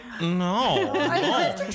no